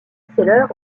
seller